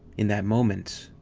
in that moment,